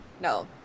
no